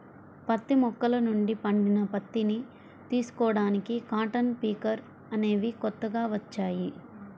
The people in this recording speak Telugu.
పత్తి మొక్కల నుండి పండిన పత్తిని తీసుకోడానికి కాటన్ పికర్ అనేవి కొత్తగా వచ్చాయి